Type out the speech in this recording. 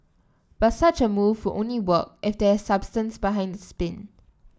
but such a move will only work if there is substance behind the spin